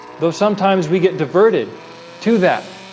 though, sometimes we get diverted to that